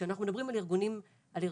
כשאנחנו מדברים על ארגוני מעסיקים,